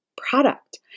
product